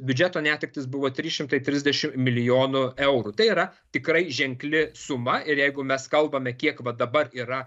biudžeto netektys buvo trys šimtai trisdešim milijonų eurų tai yra tikrai ženkli suma ir jeigu mes kalbame kiek va dabar yra